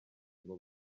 ngo